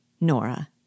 Nora